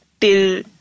till